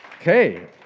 Okay